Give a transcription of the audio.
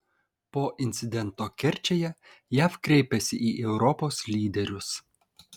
po incidento kerčėje jav kreipiasi į europos lyderius